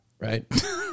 right